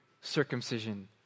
circumcision